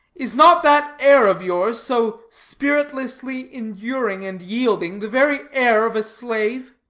is not that air of yours, so spiritlessly enduring and yielding, the very air of a slave?